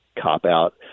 cop-out